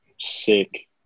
Sick